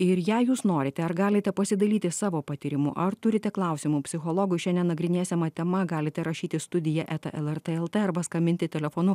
ir jei jūs norite ar galite pasidalyti savo patyrimu ar turite klausimų psichologui šiandien nagrinėsiama tema galite rašyti studija eta lrt lt arba skambinti telefonu